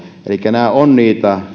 elikkä nämä ovat niitä